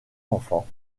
enfants